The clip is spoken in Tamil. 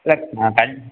இல்லை நான் தண்